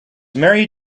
married